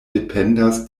dependas